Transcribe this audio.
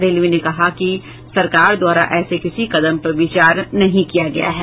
railway ने कहा कि सरकार द्वारा ऐसे किसी कदम पर विचार नहीं किया गया है